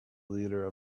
leader